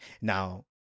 Now